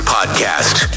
Podcast